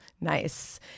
Nice